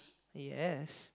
yes